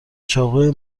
چاقوی